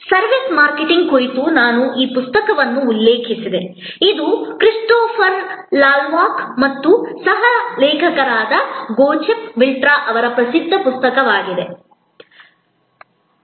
services marketing ಕುರಿತು ನಾನು ಈ ಪುಸ್ತಕವನ್ನು ಉಲ್ಲೇಖಿಸಿದೆ ಇದು ಕ್ರಿಸ್ಟೋಫರ್ ಲವ್ಲಾಕ್ ಮತ್ತು ನನ್ನ ಸಹ ಲೇಖಕರಾದ ಜೋಚೆನ್ ವಿರ್ಟ್ಜ್ ಅವರ ಪ್ರಸಿದ್ಧ ಪುಸ್ತಕವಾಗಿದೆ ಇದನ್ನು ಪಿಯರ್ಸನ್ ಪ್ರಕಟಿಸಿದ್ದಾರೆ